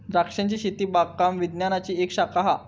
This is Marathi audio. द्रांक्षांची शेती बागकाम विज्ञानाची एक शाखा हा